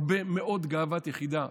הרבה מאוד גאוות יחידה,